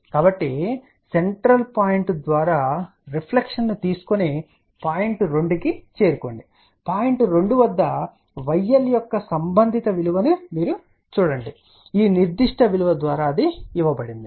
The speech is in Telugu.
కాబట్టి సెంట్రల్ పాయింట్ ద్వారా రిఫ్లెక్షన్ ను తీసుకొని పాయింట్ 2 కి చేరుకోండి పాయింట్ 2 వద్ద yL యొక్క సంబంధిత విలువ ను పేర్కొనండి ఈనిర్దిష్ట విలువ ద్వారా ఇవ్వబడినది